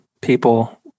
people